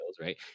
right